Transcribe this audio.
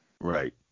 Right